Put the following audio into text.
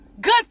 Good